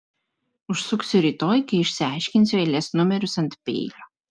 užsuksiu rytoj kai išsiaiškinsiu eilės numerius ant peilio